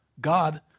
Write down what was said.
God